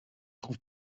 trouve